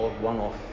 one-off